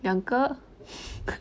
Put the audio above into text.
两个